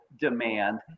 demand